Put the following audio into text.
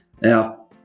Now